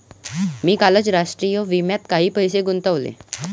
मी कालच राष्ट्रीय विम्यात काही पैसे गुंतवले